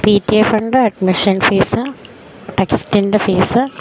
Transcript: P T A fund admission fees ടെക്സ്റ്റിൻ്റെ fees